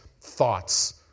Thoughts